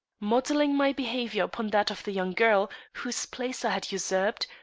modeling my behavior upon that of the young girl whose place i had usurped,